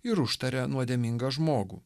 ir užtaria nuodėmingą žmogų